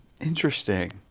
Interesting